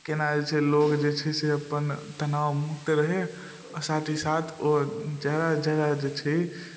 कोना जे छै लोक जे छै से अपन तनावमुक्त रहै आओर साथ ही साथ ओ जरा जरा जे छै